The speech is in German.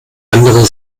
andere